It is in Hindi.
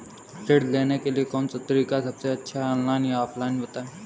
ऋण लेने के लिए कौन सा तरीका सबसे अच्छा है ऑनलाइन या ऑफलाइन बताएँ?